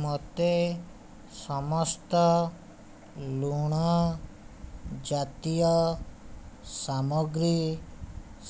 ମୋତେ ସମସ୍ତ ଲୁଣ ଜାତୀୟ ସାମଗ୍ରୀ